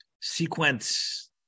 sequence